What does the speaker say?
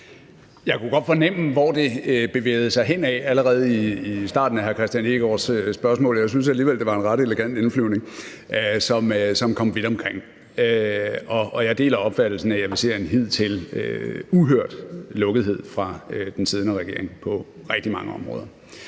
Jeg kunne godt fornemme, hvor det bevægede sig hen, allerede i starten af hr. Kristian Hegaards spørgsmål, men jeg synes alligevel, det var en ret elegant indflyvning, som kom vidt omkring. Og jeg deler opfattelsen af, at vi ser en hidtil uhørt lukkethed fra den siddende regering på rigtig mange områder.